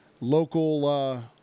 Local